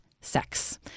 sex